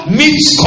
meets